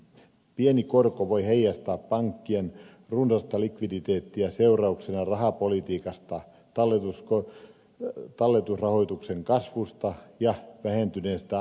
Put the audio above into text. pieni korko voi heijastaa pankkien runsasta likviditeettiä seurauksena rahapolitiikasta talletusrahoituksen kasvusta ja vähentyneestä antolainauksesta